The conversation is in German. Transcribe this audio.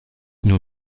nur